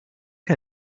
her